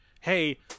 hey